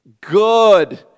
Good